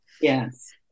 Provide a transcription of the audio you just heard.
Yes